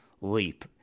leap